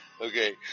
Okay